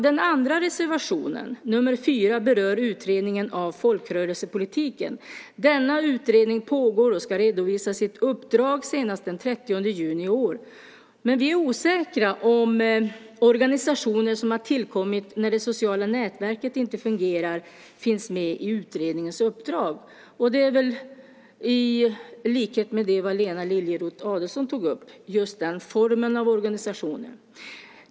Den andra reservationen, nr 4, berör utredningen av folkrörelsepolitiken. Denna utredning pågår och ska redovisa sitt uppdrag senast den 30 juni i år. Men vi är osäkra på om organisationer som har tillkommit när det sociala nätverket inte fungerar finns med i utredningens uppdrag. Det är väl i likhet med det som Lena Adelsohn Liljeroth tog upp, just den formen av organisation.